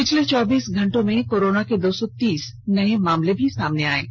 पिछले चौबीस घंटे में कोरोना के दो सौ तीस नये मामले भी सामने आये हैं